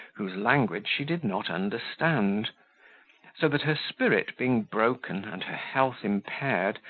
whose language she did not understand so that her spirit being broken, and her health impaired,